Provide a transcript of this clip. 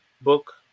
book